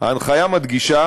ההנחיה מדגישה